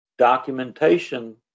Documentation